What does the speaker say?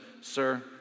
sir